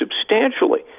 substantially